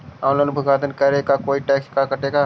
Online भुगतान करे को कोई टैक्स का कटेगा?